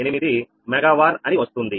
8 mega war అని వస్తుంది